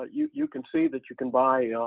ah you you can see that you can buy